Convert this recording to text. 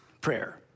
prayer